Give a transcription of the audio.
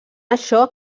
això